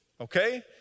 okay